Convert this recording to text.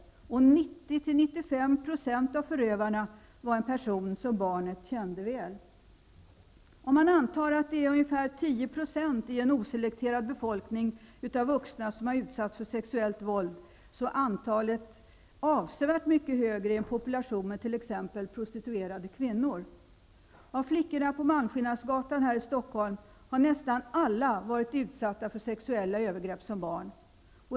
90--95 % av förövarna var en person som barnet kände väl. Om man antar att det i en oselekterad befolkning av vuxna är ungefär 10 % som utsatts för sexuellt våld, så är antalet avsevärt mycket högre i en population med t.ex. prostituerade kvinnor. Av flickorna på Malmskillnadsgatan här i Stockholm har nästan alla varit utsatta för sexuella övergrepp som barn.